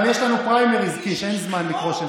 ולא להגיד: שלמה,